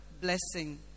blessing